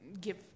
give